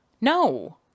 no